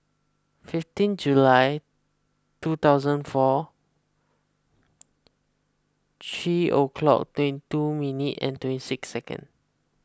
fifteen July two thousand four three o'clock twenty two minute and twenty six second